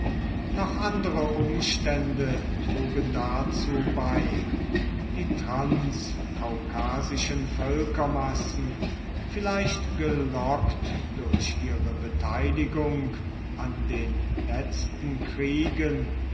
noch andere umstände trugen dazu bei die transkaukasischen völkermassen vielleicht gelockt durch ihre beteiligung an den letzten kriegen